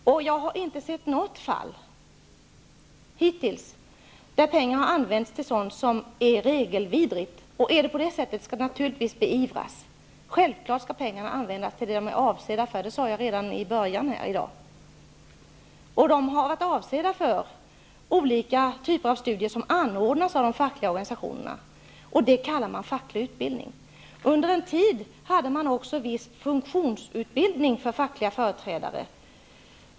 Jag har hittills inte sett något fall där pengar har använts till något regelvidrigt. Sådant skall naturligtvis beivras. Självfallet skall pengarna användas till det de är avsedda för. Det sade jag redan tidigare. Pengarna har varit avsedda för olika typer av studier som anordnas av de fackliga organisationerna. Det kallas för facklig utbildning. Under en tid fanns det en viss funktionsutbildning för fackliga företrädare.